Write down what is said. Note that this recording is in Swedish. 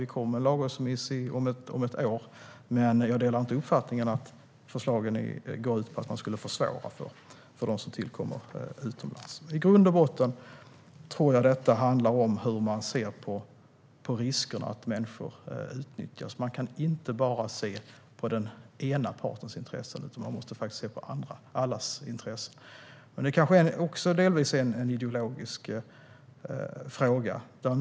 Vi kommer med en lagrådsremiss om ett år. Men jag delar inte uppfattningen att förslagen går ut på att man skulle försvåra för dem som tillkommer utomlands. I grund och botten tror jag att det handlar om hur man ser på risken att människor utnyttjas. Man kan inte bara se till den ena partens intressen, utan man måste se till allas intressen. Det kanske delvis är en ideologisk fråga.